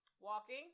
Walking